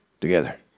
together